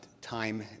Time